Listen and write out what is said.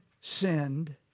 sinned